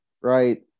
Right